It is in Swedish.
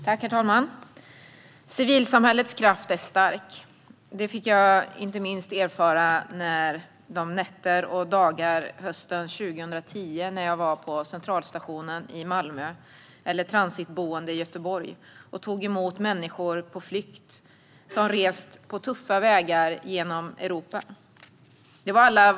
Herr talman! Civilsamhällets kraft är stark. Det fick jag inte minst erfara de nätter och dagar hösten 2015 när jag var på centralstationen i Malmö eller på ett transitboende i Göteborg och tog emot människor på flykt som rest på tuffa vägar genom Europa.